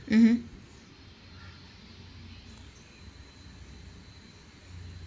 mmhmm